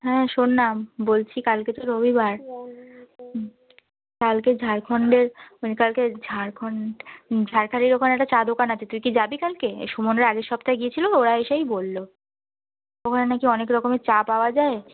হ্যাঁ শোন না বলছি কালকে তো রবিবার কালকে ঝাড়খন্ডের মানে কালকে ঝাড়খন্ড ঝাড়খালির ওখানে একটা চা দোকান আছে তুই কি যাবি কালকে এই সুমনরা আগের সপ্তাহে গিয়েছিলো ওরা এসেই বললো ওখানে না কি অনেক রকমের চা পাওয়া যায়